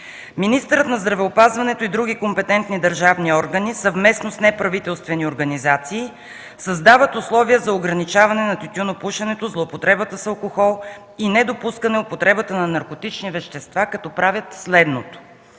„Министърът на здравеопазването и други компетентни държавни органи съвместно с неправителствени организации създават условия за ограничаване на тютюнопушенето, злоупотребата с алкохол и недопускане употребата на наркотични вещества, като правят следното: